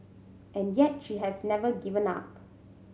and yet she has never given up